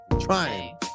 trying